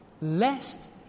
lest